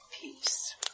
peace